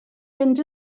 fynd